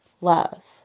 love